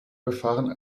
befahren